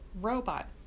robot